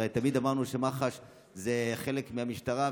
הרי תמיד אמרנו שמח"ש היא חלק מהמשטרה,